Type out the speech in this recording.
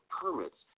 permits